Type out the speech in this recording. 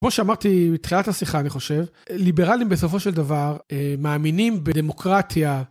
כמו שאמרתי מתחילת השיחה אני חושב, ליברלים בסופו של דבר מאמינים בדמוקרטיה.